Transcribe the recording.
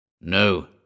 No